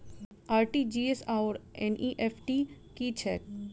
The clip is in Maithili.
आर.टी.जी.एस आओर एन.ई.एफ.टी की छैक?